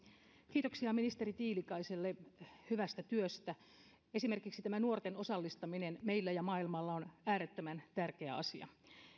kiitoksia ministeri tiilikaiselle hyvästä työstä esimerkiksi tämä nuorten osallistaminen meillä ja maailmalla on äärettömän tärkeä asia